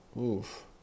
Oof